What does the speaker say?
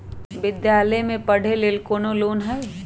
विद्यालय में पढ़े लेल कौनो लोन हई?